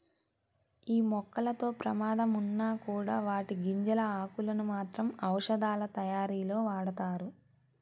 యీ మొక్కలతో ప్రమాదం ఉన్నా కూడా వాటి గింజలు, ఆకులను మాత్రం ఔషధాలతయారీలో వాడతారు